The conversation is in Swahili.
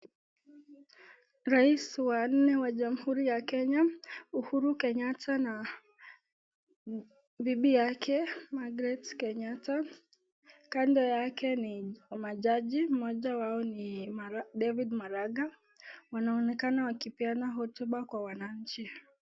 Rais wa nne wa nchi ya kenya Uhuru Kenyatta pamoja na bibi yake Margret Kenyatta kando yake ni majaji majaji hawa ni David Maraga wanonekana wakipeana hotuba kwa wananchi.